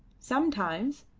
sometimes,